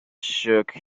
shook